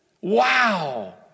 Wow